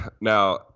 now